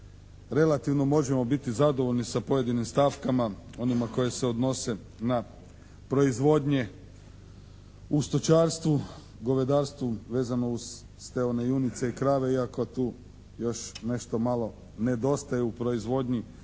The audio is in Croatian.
relativno možemo biti zadovoljni sa pojedinim stavkama, onima koje se odnose na proizvodnje u stočarstvu, govedarstvu vezano uz steone junice i krave iako tu još nešto malo nedostaje u proizvodnji